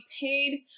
paid